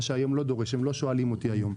היום זה לא נדרש, הם לא שואלים אותי היום.